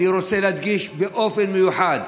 אני רוצה להדגיש באופן מיוחד,